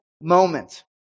moment